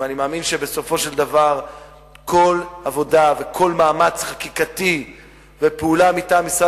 ואני מאמין שבסופו של דבר כל עבודה וכל מאמץ חקיקתי ופעולה מטעם משרד